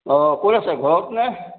অ' ক'ত আছে ঘৰতনে